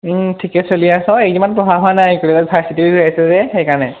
ঠিকে চলি আছে আও ইমান পঢ়া হোৱা নাই ভাৰ্চিটি উইক হৈ আছে যে সেইকাৰণে